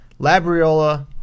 Labriola